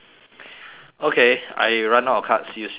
okay I run out of cards you still got cards